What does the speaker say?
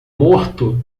morto